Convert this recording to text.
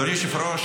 אדוני היושב-ראש,